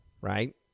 right